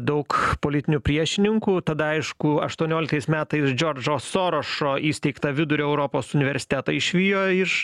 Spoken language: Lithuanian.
daug politinių priešininkų tada aišku aštuonioliktais metais džordžo sorošo įsteigtą vidurio europos universitetą išvijo iš